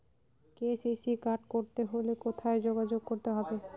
KCC card করতে হলে কোথায় যোগাযোগ করতে হবে?